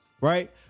Right